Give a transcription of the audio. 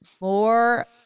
more